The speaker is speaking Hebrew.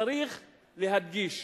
וצריך להדגיש